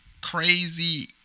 crazy